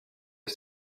est